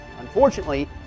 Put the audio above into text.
Unfortunately